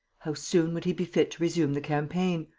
how soon would he be fit to resume the campaign?